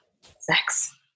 Sex